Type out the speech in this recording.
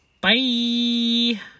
Bye